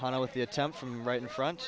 hung out with the attempt from right in front